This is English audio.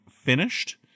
finished